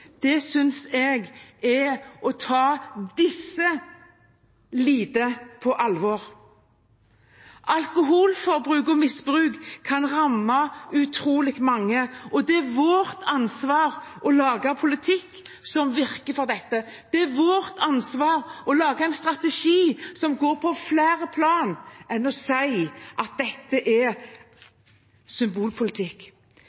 er å ta disse barna i liten grad på alvor. Alkoholforbruk og misbruk kan ramme utrolig mange, og det er vårt ansvar å føre en politikk som virker for dette. Det er vårt ansvar å lage en strategi som går på flere plan enn å si at dette